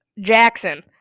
Jackson